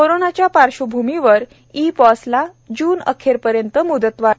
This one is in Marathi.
कोरोनाच्या पार्श्वभूमीवर ई पॉस ला जून अखेरपर्यंत मुदतवाढ